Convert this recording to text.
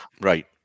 Right